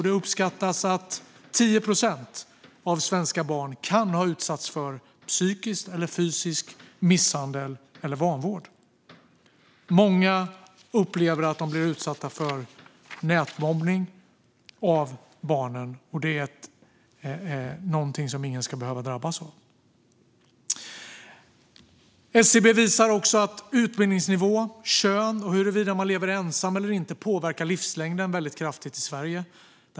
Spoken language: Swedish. Det uppskattas att 10 procent av svenska barn kan ha utsatts för psykisk eller fysisk misshandel eller vanvård. Många barn upplever att de blir utsatta för nätmobbning. Det är något som ingen ska behöva drabbas av. SCB visar också att utbildningsnivå, kön och huruvida man lever ensam eller inte kraftigt påverkar livslängden i Sverige.